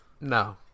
No